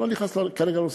אני לא נכנס כרגע לנושא,